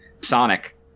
Sonic